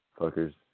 Fuckers